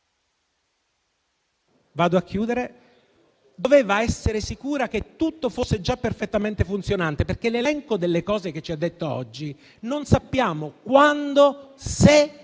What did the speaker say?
automaticamente)* ...essere sicuri che tutto fosse già perfettamente funzionante, perché l'elenco delle cose che ci ha detto oggi non sappiamo quando, se